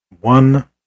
one